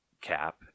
Cap